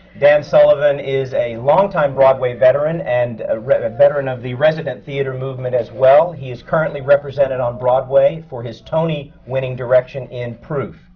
dan sullivan is a longtime broadway veteran and ah a veteran of the resident theatre movement as well. he is currently represented on broadway for his tony-winning direction in proof.